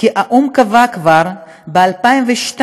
שהאו"ם קבע כבר ב-2002